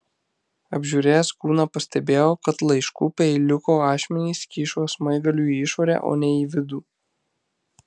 apžiūrėjęs kūną pastebėjau kad laiškų peiliuko ašmenys kyšo smaigaliu į išorę o ne į vidų